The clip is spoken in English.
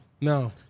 no